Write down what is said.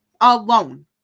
alone